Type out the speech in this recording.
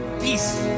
peace